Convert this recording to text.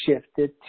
shifted